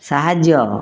ସାହାଯ୍ୟ